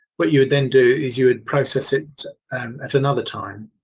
what you would then do is you would process it at another time.